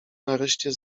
nareszcie